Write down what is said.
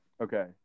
Okay